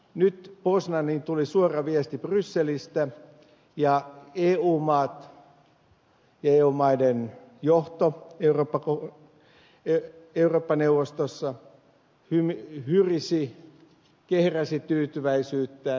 nyt poznaniin tuli suora viesti brysselistä ja eu maat ja niiden johto eurooppa neuvostossa hyrisivät kehräsivät tyytyväisyyttään